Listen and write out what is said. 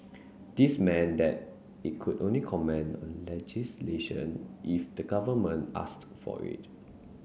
this meant that it could only comment on legislation if the government asked for it